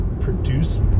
produce